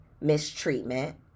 mistreatment